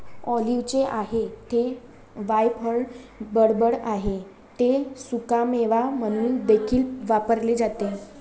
ऑलिव्हचे आहे ते वायफळ बडबड आहे ते सुकामेवा म्हणून देखील वापरले जाते